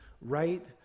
right